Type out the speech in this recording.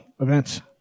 events